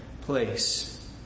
place